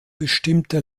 bestimmte